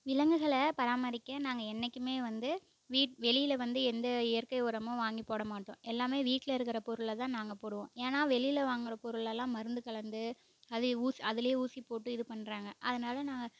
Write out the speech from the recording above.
விலங்குகளைப் பராமரிக்க நாங்கள் என்றைக்குமே வந்து வீட் வெளியில் வந்து எந்த இயற்கை உரமோ வாங்கி போட மாட்டோம் எல்லாமே வீட்டில் இருக்கிற பொருளை தான் நாங்கள் போடுவோம் ஏன்னால் வெளியில் வாங்கிற பொருள் எல்லாம் மருந்து கலந்து அது ஊஸ் அதிலே ஊசி போட்டு இது பண்ணுறாங்க அதனால் நாங்கள்